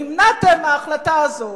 נמנעתם מההחלטה הזאת,